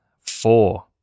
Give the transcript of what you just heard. Four